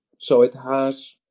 so it has